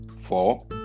Four